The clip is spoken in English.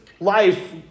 Life